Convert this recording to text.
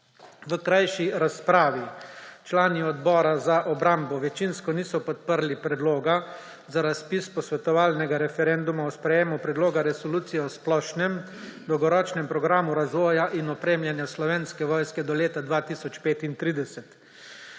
V krajši razpravi člani Odbora za obrambo večinsko niso podprli Predloga za razpis posvetovalnega referenduma o sprejemu Predloga resolucije o splošnem dolgoročnem programu razvoja in opremljanja Slovenske vojske do leta 2035.